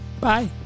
bye